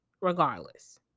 regardless